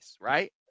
right